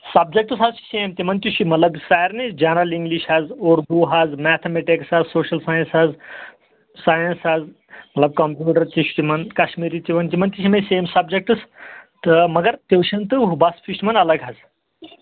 subjects حظ چھِ same تِم تہِ چھِ مطلب سارِنٕے جَنرل اِنگلِش حظ اُردو حظ میتھامیٹِکٕس حظ سوشل ساٮٔینَس حظ ساٮٔینٔس حظ مطلب کَمپیٛوٗٹر تہِ چھُ تِمن کَشمیٖری تہِ تِمن تہِ چھِ یِمےَ سیم سَبجیکٹٕس تہٕ مَگر ٹوٗشن تہٕ بَس فیٖس چھُ تِمن اَلگ حظ